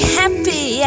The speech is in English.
happy